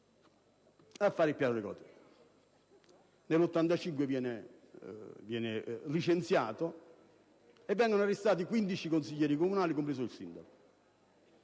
1970, al piano regolatore. Nel 1985 viene licenziato e vengono arrestati 15 consiglieri comunali, compreso il sindaco.